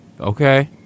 Okay